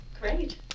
great